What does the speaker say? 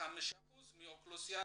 85% מאוכלוסיית